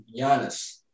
Giannis